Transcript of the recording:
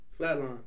flatline